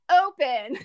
open